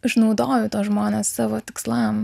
išnaudoju tuos žmones savo tikslam